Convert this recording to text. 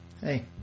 hey